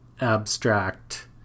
abstract